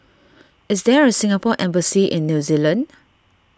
is there a Singapore Embassy in New Zealand